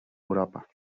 europa